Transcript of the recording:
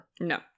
No